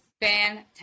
fantastic